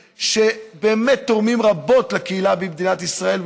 שבאמת תורמים רבות לקהילה במדינת ישראל,